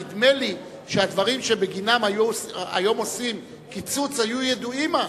נדמה לי שהדברים שבגינם היום עושים קיצוץ היו ידועים אז.